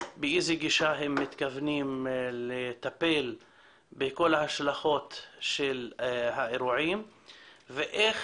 באיזה גישה הם מתכוונים לטפל בכל ההשלכות של האירועים ואיך